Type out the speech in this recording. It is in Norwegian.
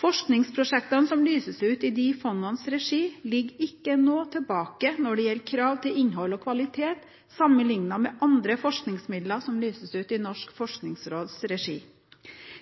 Forskningsprosjektene som lyses ut i disse fondenes regi, ligger ikke noe tilbake når det gjelder krav til innhold og kvalitet sammenlignet med andre forskningsmidler som lyses ut i regi av Norges forskningsråd.